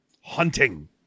Hunting